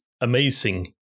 amazing